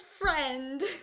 friend